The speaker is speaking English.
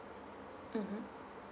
mmhmm